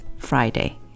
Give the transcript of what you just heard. Friday